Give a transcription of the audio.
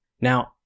Now